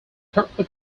currently